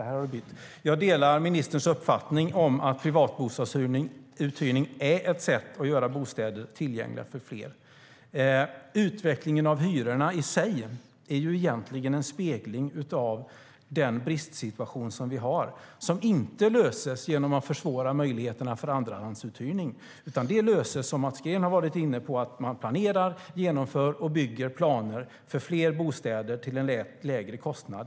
Jag delar ministerns uppfattning att privatbostadsuthyrning är ett sätt att göra bostäder tillgängliga för fler. Utvecklingen av hyrorna i sig är egentligen en spegling av den bristsituation som vi har. Detta problem löses inte genom att man försvårar möjligheterna för andrahandsuthyrning. Det löses, som Mats Green har varit inne på, genom att man planerar, genomför och bygger fler bostäder till en lägre kostnad.